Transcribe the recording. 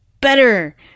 better